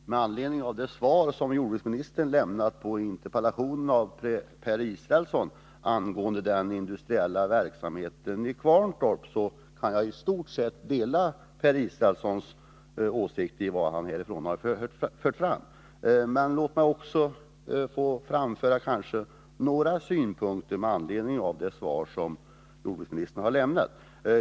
Fru talman! Med anledning av det svar som jordbruksministern lämnat på interpellationen av Per Israelsson angående den industriella verksamheten i Kvarntorp vill jag säga att jag i stort sett delar de åsikter som Per Israelsson här har fört fram. Jag vill dock anföra ytterligare några synpunkter med anledning av jordbruksministerns svar.